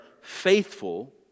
faithful